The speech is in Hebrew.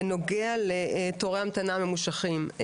בנוגע לתורי המתנה הממושכים,